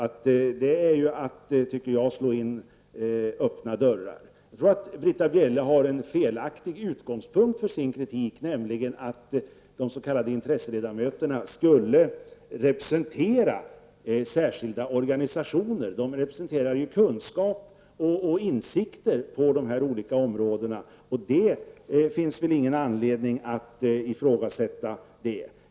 Jag tycker därför att detta är att slå in öppna dörrar. Jag tror att Britta Bjelle har en felaktig utgångspunkt för sin kritik, nämligen att de s.k. intresseledamöterna skulle representera särskilda organisationer. De representerar kunskaper och insikter på dessa olika områden, och det finns det väl ingen anledning att ifrågasätta.